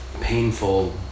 painful